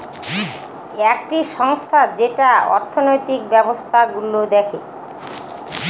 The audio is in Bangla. একটি সংস্থা যেটা অর্থনৈতিক ব্যবস্থা গুলো দেখে